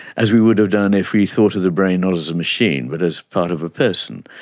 as we would have done if we thought of the brain not as a machine but as part of a person.